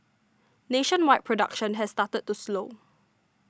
nationwide production has started to slow